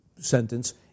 sentence